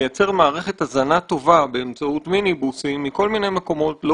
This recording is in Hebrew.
לייצר מערכת הזנה טובה באמצעות מיניבוסים מכל מיני מקומות לא